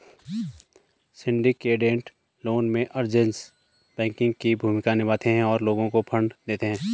syndicated loan में, arrangers banking की भूमिका निभाते हैं और लोगों को फंड देते हैं